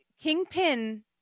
kingpin